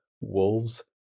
Wolves